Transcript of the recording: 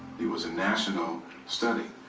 it was a national study,